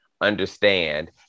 understand